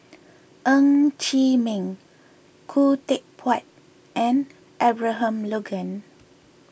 Ng Chee Meng Khoo Teck Puat and Abraham Logan